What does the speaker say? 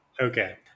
Okay